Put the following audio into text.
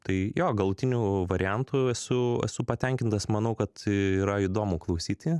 tai jo galutiniu variantu esu esu patenkintas manau kad yra įdomu klausyti